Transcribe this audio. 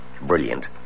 Brilliant